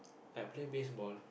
like play baseball